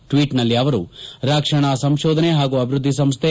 ಟ್ಲೀಟ್ನಲ್ಲಿ ಅವರು ರಕ್ಷಣಾ ಸಂಶೋದನೆ ಹಾಗೂ ಅಭಿವೃದ್ದಿ ಸಂಸ್ಥೆ